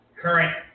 current